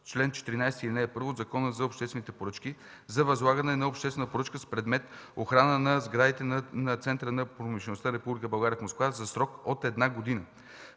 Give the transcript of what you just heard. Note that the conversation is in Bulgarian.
чл. 14, ал. 1 от Закона за обществените поръчки за възлагане на обществена поръчка с предмет – охрана на сградите на Центъра на промишлеността на Република България в Москва за срок от една година.